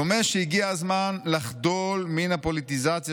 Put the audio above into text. "דומה שהגיע הזמן לחדול מן הפוליטיזציה